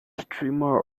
streamer